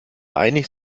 einig